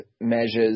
measures